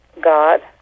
God